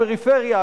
פריפריה,